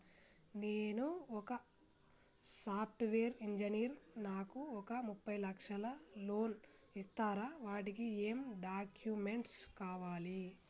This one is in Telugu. నేను ఒక సాఫ్ట్ వేరు ఇంజనీర్ నాకు ఒక ముప్పై లక్షల లోన్ ఇస్తరా? వాటికి ఏం డాక్యుమెంట్స్ కావాలి?